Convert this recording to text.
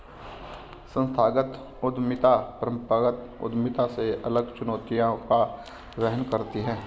संस्थागत उद्यमिता परंपरागत उद्यमिता से अलग चुनौतियों का वहन करती है